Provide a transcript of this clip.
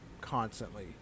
constantly